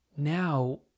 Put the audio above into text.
Now